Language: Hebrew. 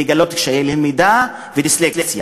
לגלות קשיי למידה ודיסלקציה,